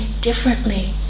differently